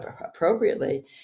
appropriately